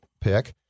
pick